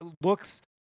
looks